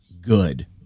good